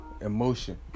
emotion